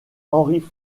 henry